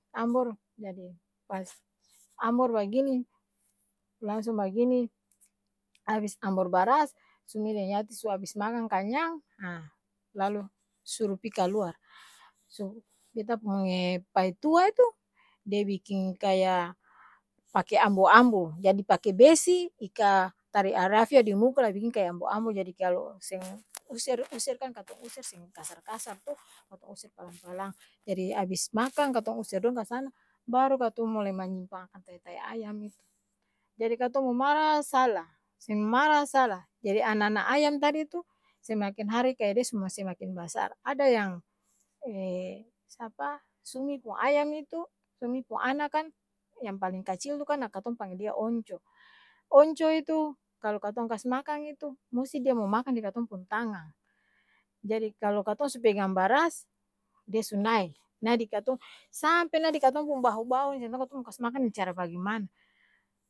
Ambor jadi pas ambor bagini, langsung bagini, abis ambor baras sumi deng yati su abis makang kanyang haa, lalu suru pi kaluar, su beta pung'e paitua itu, de biking kaya pake ambo-ambo, jadi pake besi, ika tali arafia di muka la biking kaya ambo-ambo jadi kalo seng user, user kan katong user seng kasar-kasar to, katong user palang-palang jadi abis makang katong user dong kasana, baru katong mulai manyimpang akang tai-tai ayam itu, jadi katong mo mara sala, seng mara sala, jadi ana-na ayam tadi tu, semakin hari kaya de su mo semakin basar, ada yang sumi pung ayam itu, sumi pung ana kan, yang paleng kacil tu kan a katong pangge dia onco, onco itu kalo katong kas makang itu, musti dia mo makang di katong pung tangang! Jadi kalo katong su pegang baras, dia su nae, nae di katong saaampe nae di katong pung bahu-bahu ni seng tau katong mo kas makang deng cara bagemana?.